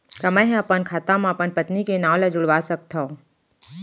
का मैं ह अपन खाता म अपन पत्नी के नाम ला जुड़वा सकथव?